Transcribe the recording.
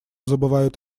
забывают